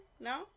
No